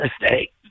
mistake